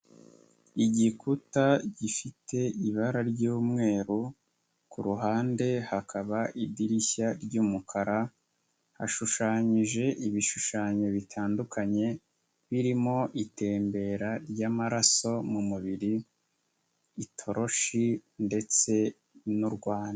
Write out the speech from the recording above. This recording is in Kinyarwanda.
Igikuta gifite ibara ry'umweru ku ruhande hakaba idirishya ry'umukara hashushanyije ibishushanyo bitandukanye birimo itembera ry'amaraso mu mubiri, itoroshi ndetse n'u Rwanda.